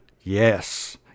Yes